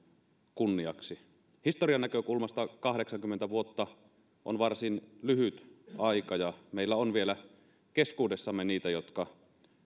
kunniaksi historian näkökulmasta kahdeksankymmentä vuotta on varsin lyhyt aika ja meillä on vielä keskuudessamme niitä jotka